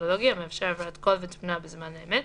טכנולוגי המאפשר העברת קול ותמונה בזמן אמת,